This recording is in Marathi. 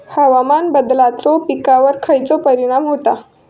हवामान बदलाचो पिकावर खयचो परिणाम होता?